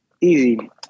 easy